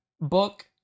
book